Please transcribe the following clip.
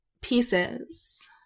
pieces